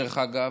דרך אגב,